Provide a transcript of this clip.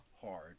hard